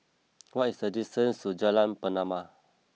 what is the distance to Jalan Pernama